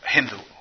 Hindu